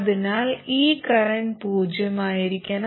അതിനാൽ ഈ കറന്റ് പൂജ്യമായിരിക്കണം